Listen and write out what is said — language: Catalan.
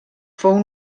fou